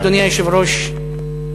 אדוני היושב-ראש,